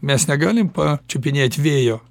mes negalim pačiupinėt vėjo